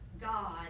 God